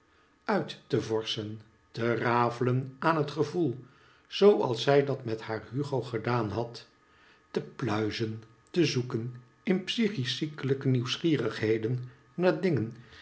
uit te vorschen te rafelen aan het gevoel zoo als zij dat met haar hugo gedaan had te pluizen te zoeken in psychiesch ziekelijke nieuwsgierigheden naar dingen